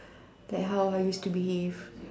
like how I used to behave